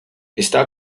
está